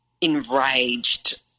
enraged